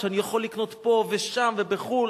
שאני יכול לקנות פה ושם ובחו"ל.